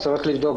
יש צורך לבדוק.